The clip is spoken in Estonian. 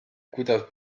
kuidas